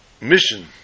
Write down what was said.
mission